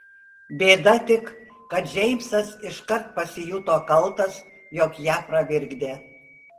bėda tik kad džeimsas iškart pasijuto kaltas jog ją pravirkdė